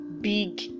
big